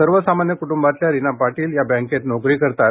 सर्व सामान्य कुटुंबातल्या रीना पाटील या बँकेत नोकरी करतात